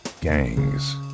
gangs